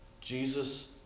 Jesus